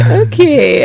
okay